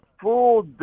full